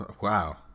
Wow